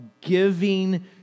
giving